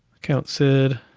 account sid,